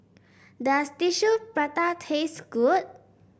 does Tissue Prata taste good